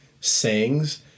sayings